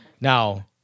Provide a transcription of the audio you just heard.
Now